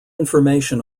information